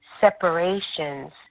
separations